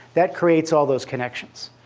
that creates all those connections.